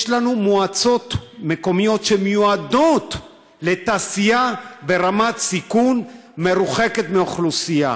יש לנו מועצות מקומיות שמיועדות לתעשייה ברמת סיכון מרוחקת מאוכלוסייה.